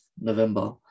November